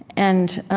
and